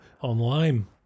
online